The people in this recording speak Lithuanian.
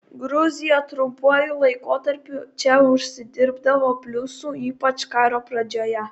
gruzija trumpuoju laikotarpiu čia užsidirbdavo pliusų ypač karo pradžioje